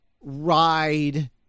ride